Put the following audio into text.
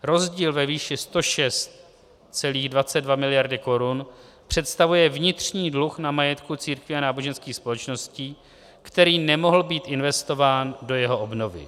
Rozdíl ve výši 106,22 miliardy korun představuje vnitřní dluh na majetku církví a náboženských společností, který nemohl být investován do jeho obnovy.